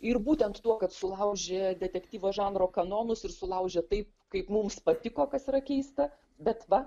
ir būtent tuo kad sulaužė detektyvo žanro kanonus ir sulaužė taip kaip mums patiko kas yra keista bet va